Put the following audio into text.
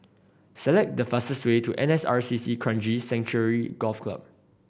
select the fastest way to N S R C C Kranji Sanctuary Golf Club